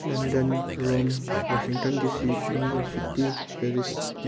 London Rome Washington DC New York City Paris